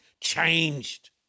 changed